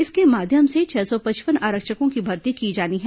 इसके माध्यम से छह सौ पचपन आरक्षकों की भर्ती की जानी है